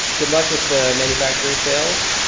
good luck with the manufacturer sales.